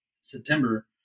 September